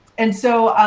and so,